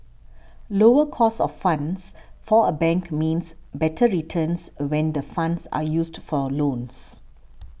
lower cost of funds for a bank means better returns when the funds are used for loans